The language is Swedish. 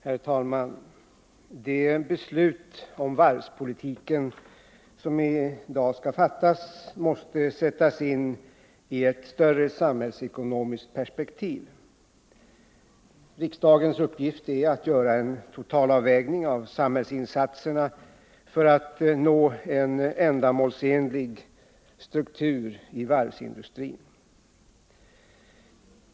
Herr talman! Det beslut om varvspolitiken som i dag skall fattas måste sättas in i ett större samhällsekonomiskt perspektiv. Riksdagens uppgift är att göra en totalavvägning av samhällsinsatserna för att nå en ändamålsenlig struktur i varvsindustrin.